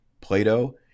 Plato